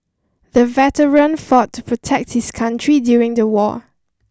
the veteran fought to protect his country during the war